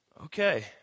okay